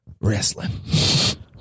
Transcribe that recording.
wrestling